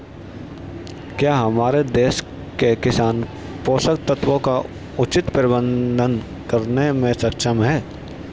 क्या हमारे देश के किसान पोषक तत्वों का उचित प्रबंधन करने में सक्षम हैं?